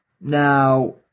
Now